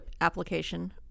application